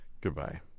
Goodbye